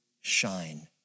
shine